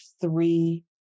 three